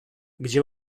gdzie